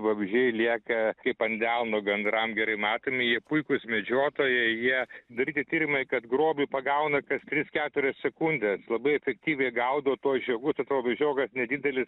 vabzdžiai lieka kaip ant delno gandram gerai matomi jie puikūs medžiotojai jie daryti tyrimai kad grobį pagauna kas tris keturias sekundes labai efektyviai gaudo tuos žiogus atrodo žiogas nedidelis